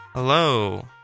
hello